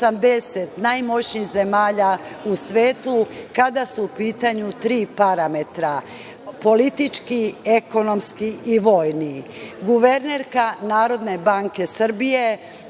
najmoćnijih zemalja u svetu kada su u pitanju tri parametra – politički, ekonomski i vojni. Guvernerka Narodne banke Srbije,